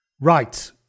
Right